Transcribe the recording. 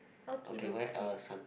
okie dokie